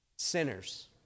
Sinners